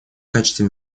качестве